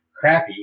crappy